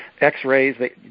x-rays